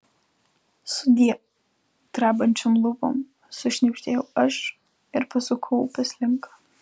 sudie drebančiom lūpom sušnibždėjau aš ir pasukau upės link